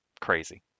crazy